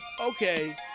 okay